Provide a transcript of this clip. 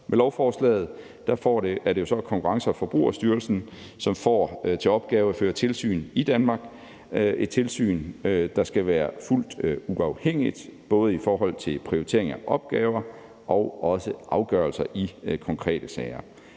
Med lovforslaget er det så Konkurrence- og Forbrugerstyrelsen, som får til opgave at føre tilsyn i Danmark; et tilsyn, der skal være helt uafhængigt, både i forhold til prioriteringen af opgaver og i forhold til afgørelser i konkrete sager.